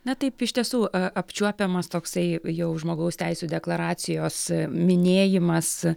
na taip iš tiesų apčiuopiamas toksai jau žmogaus teisių deklaracijos minėjimas